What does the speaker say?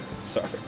sorry